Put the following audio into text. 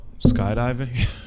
skydiving